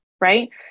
right